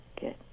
Good